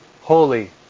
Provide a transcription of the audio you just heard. holy